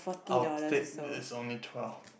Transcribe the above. our is only twelve